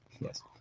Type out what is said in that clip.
yes